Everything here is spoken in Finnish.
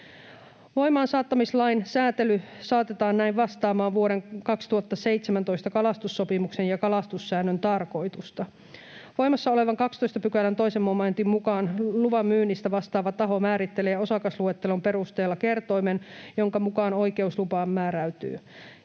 Voimaansaattamislain sääntely saatetaan näin vastaamaan vuoden 2017 kalastussopimuksen ja kalastussäännön tarkoitusta. Voimassa olevan 12 §:n 2 momentin mukaan luvanmyynnistä vastaava taho määrittelee osakasluettelon perusteella kertoimen, jonka mukaan oikeus lupaan määräytyy.